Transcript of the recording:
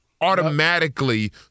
automatically